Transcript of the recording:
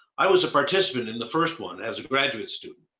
i was a participant in the first one, as a graduate student.